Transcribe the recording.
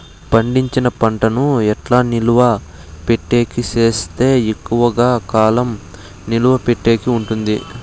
పండించిన పంట ను ఎట్లా నిలువ పెట్టేకి సేస్తే ఎక్కువగా కాలం నిలువ పెట్టేకి ఉంటుంది?